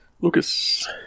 Lucas